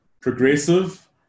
progressive